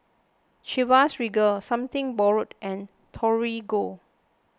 Chivas Regal Something Borrowed and Torigo